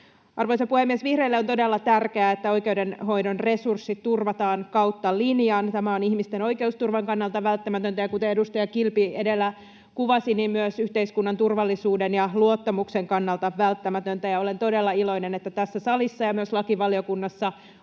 Arvoisa puhemies! Vihreille on todella tärkeää, että oikeudenhoidon resurssit turvataan kautta linjan. Tämä on ihmisten oikeusturvan kannalta välttämätöntä, ja kuten edustaja Kilpi edellä kuvasi, myös yhteiskunnan turvallisuuden ja luottamuksen kannalta välttämätöntä. Ja olen todella iloinen, että tässä salissa ja myös lakivaliokunnassa